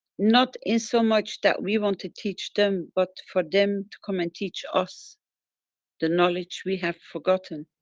not in so much, that we want to teach them, but for them to come and teach us the knowledge we have forgotten.